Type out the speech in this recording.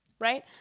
right